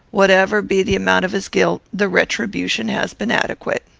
whatever be the amount of his guilt, the retribution has been adequate.